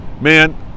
Man